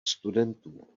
studentů